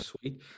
sweet